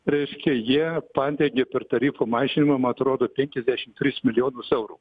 reiškia jie padengė per tarifų mažinimą man atrodo penkiasdešimtris milijonus eurų